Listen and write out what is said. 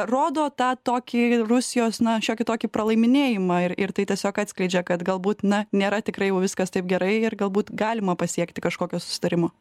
rodo tą tokį rusijos na šiokį tokį pralaiminėjimą ir tai tiesiog atskleidžia kad galbūt na nėra tikrai jau viskas taip gerai ir galbūt galima pasiekti kažkokio susitarimo